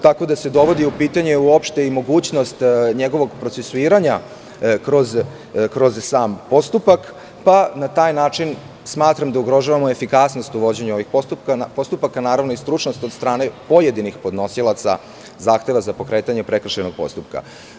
Tako se dovodi u pitanje uopšte i mogućnost njegovog procesuiranja kroz sam postupak i na taj način smatram da ugrožavamo efikasnost u vođenju ovih postupaka, naravno i stručnost od strane pojedinih podnosilaca zahteva za pokretanje prekršajnog postupka.